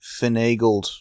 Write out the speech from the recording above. finagled